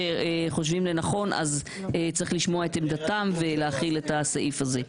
שחושבים לנכון אז צריך לשמוע את עמדתם ולהחיל את הסעיף הזה.